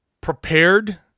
prepared